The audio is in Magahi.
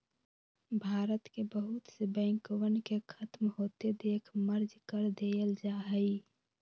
भारत के बहुत से बैंकवन के खत्म होते देख मर्ज कर देयल जाहई